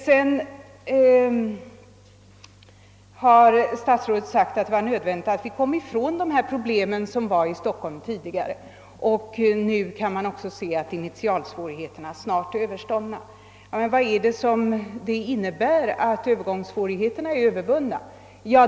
Vidare har statsrådet hävdat att det var nödvändigt att komma ifrån de problem, som tidigare förekom i Stockholm, och att man nu kunde se att initialsvårigheterna snart var överståndna. Men vad innebär det att övergångssvårigheterna är övervunna?